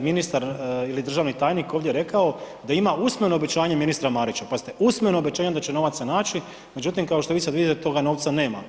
ministar ili državni tajnik ovdje rekao, da ima usmeno obećanje ministra Marića, pazite usmeno obećanje da će novaca naći međutim kao što vi sad vidite da toga novca nema.